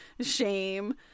shame